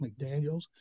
McDaniels